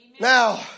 Now